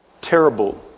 terrible